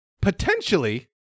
Potentially